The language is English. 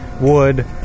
wood